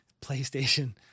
PlayStation